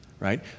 right